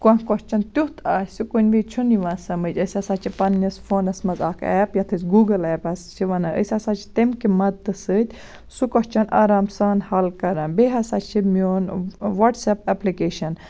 کانٛہہ کوسچن تیُتھ آسہِ کُنہِ وِزِ چھُنہٕ یِوان سَمجھ أسۍ ہسا چھِ پَنٕنس پانَس منٛز اکھ ایٚپ یَتھ أسۍ گوٗگل ایٚپس حظ چھِ وَنان أسۍ ہسا چھِ تَمہِ کہِ مددٕ سۭتۍ سُہ کوسچن آرام سان حل کران بیٚیہِ ہسا چھُ میون ۄٹٕس ایٚپ ایٚپلِکیشن